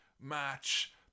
match